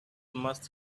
must